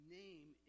name